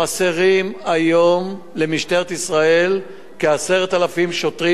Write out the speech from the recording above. חסרים היום למשטרת ישראל כ-10,000 שוטרים,